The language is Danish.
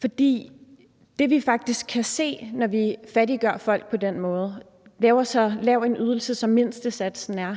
For det, som vi faktisk kan se, når vi fattiggør folk på den måde, altså når vi laver så lav en ydelse, som mindstesatsen er,